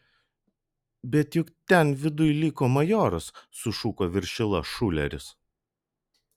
bet juk ten viduj liko majoras sušuko viršila šuleris